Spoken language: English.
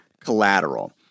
collateral